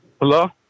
Hello